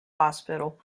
hospital